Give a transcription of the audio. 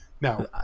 Now